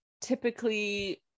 typically